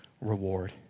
reward